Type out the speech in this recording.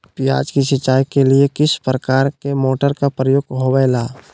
प्याज के सिंचाई के लिए किस प्रकार के मोटर का प्रयोग होवेला?